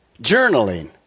Journaling